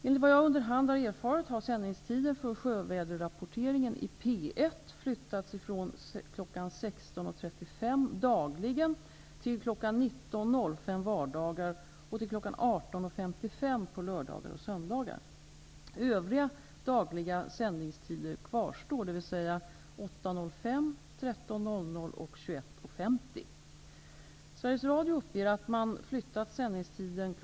Enligt vad jag under hand har erfarit har sändningstiden för sjövädersrapporteringen i P1 13.00 och kl. 21.50. Sveriges Radio uppger att man har flyttat sändningstiden kl.